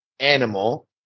animal